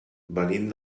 venim